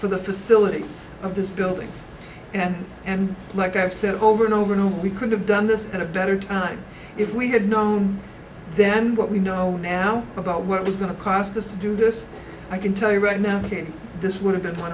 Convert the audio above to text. for the facility of this building and and like i've said over and over and over we could have done this at a better time if we had known then what we know now about what was going to cost us to do this i can tell you right now this would have been one